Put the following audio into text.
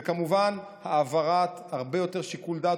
וכמובן העברת הרבה יותר שיקול דעת